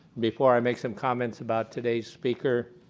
before i make some comments about today's speaker,